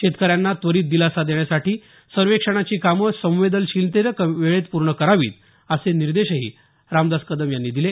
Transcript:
शेतकऱ्यांना त्वरित दिलासा देण्यासाठी सर्वेक्षणाची कामं संवेदनशीलतेनं वेळेत पूर्ण करावीत असे निर्देश रामदास कदम यांनी दिले